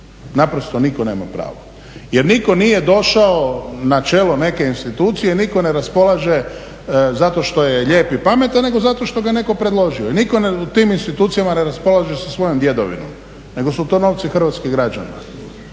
Naprosto nitko nema pravo. Jer nitko nije došao na čelo neke institucije i nitko ne raspolaže zato što je lijep i pametan nego zato što ga je netko predložio i nitko u tim institucijama ne raspolaže sa svojom djedovinom nego su to novci hrvatskih građana.